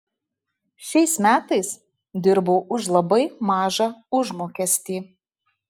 šiais metais dirbau už labai mažą užmokestį